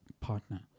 partner